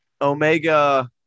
Omega